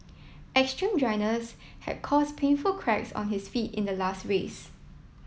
extreme dryness had caused painful cracks on his feet in the last race